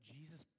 Jesus